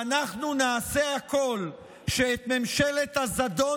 ואנחנו נעשה הכול כדי שאת ממשלת הזדון